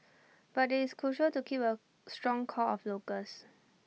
but IT is crucial to keep A strong core of locals